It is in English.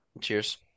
Cheers